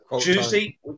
Tuesday